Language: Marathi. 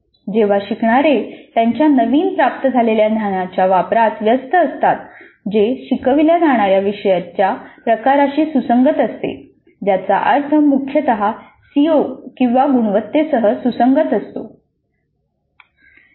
जेव्हा शिकणारे त्यांच्या नवीन प्राप्त झालेल्या ज्ञानाच्या वापरात व्यस्त असतात जे शिकविल्या जाणाऱ्या विषयाच्या प्रकाराशी सुसंगत असते ज्याचा अर्थ मुख्यतः सीओ किंवा गुणवत्तेसह सुसंगत असतो